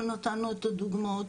ונתנו את הדוגמאות.